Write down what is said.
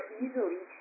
easily